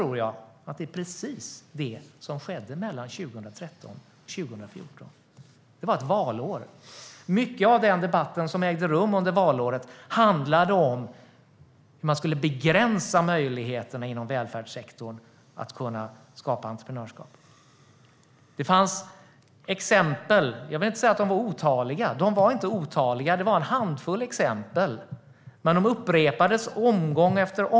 Det var precis det som skedde mellan 2013 och 2014. Det var ett valår, och mycket av den debatt som ägde rum under det året handlade om att man skulle begränsa möjligheterna inom välfärdssektorn att skapa entreprenörskap. Jag vill inte säga att de var otaliga, men det fanns en handfull exempel som upprepades gång på gång.